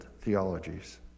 theologies